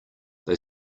they